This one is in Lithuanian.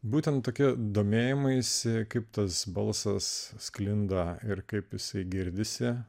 būtent tokie domėjimaisi kaip tas balsas sklinda ir kaip visi girdisi